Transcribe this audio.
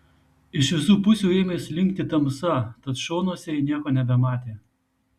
iš visų pusių ėmė slinkti tamsa tad šonuose ji nieko nebematė